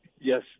Yes